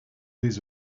des